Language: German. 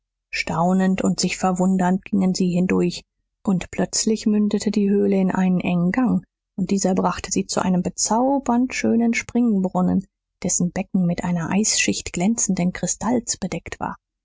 staunend und sich verwundernd gingen sie hindurch und plötzlich mündete die höhle in einen engen gang und dieser brachte sie zu einem bezaubernd schönen springbrunnen dessen becken mit einer eisschicht glänzenden kristalls bedeckt war